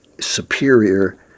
superior